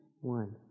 One